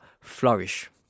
flourish